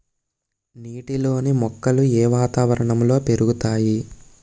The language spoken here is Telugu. నీటిలోని మొక్కలు ఏ వాతావరణంలో పెరుగుతాయి?